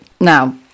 Now